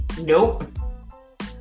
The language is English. Nope